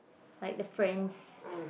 like the friends